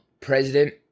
president